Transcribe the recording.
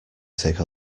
take